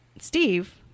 Steve